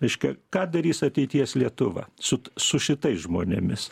reiškia ką darys ateities lietuva su su šitais žmonėmis